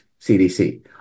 CDC